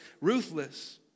ruthless